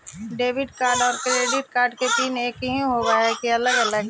Debit और credit card के pin एकही होव हइ या अलग अलग?